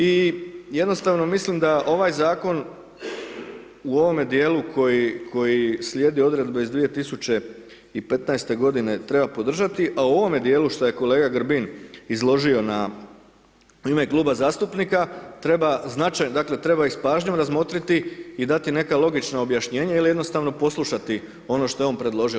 I jednostavno mislim da ovaj zakon u ovome dijelu koji slijedi odredbe iz 2015. godine treba podržati a u ovome dijelu što je kolega Grbin izložio u ime kluba zastupnika treba značajno, dakle treba ih s pažnjom razmotriti i dati neka logična objašnjenja ili jednostavno poslušati ono što je on predložio.